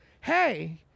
Hey